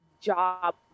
job